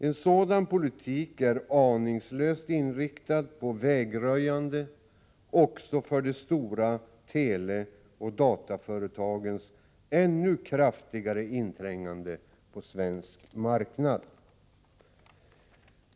En sådan politik är aningslöst inriktad på vägröjande också för de stora teleoch dataföretagens ännu kraftigare inträngande på svensk marknad.